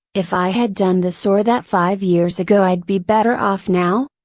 if i had done this or that five years ago i'd be better off now?